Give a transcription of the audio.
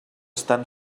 estan